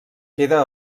queda